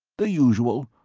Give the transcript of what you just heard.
the usual.